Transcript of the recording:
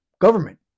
government